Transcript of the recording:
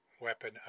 weapon